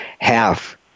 half